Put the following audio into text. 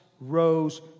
rose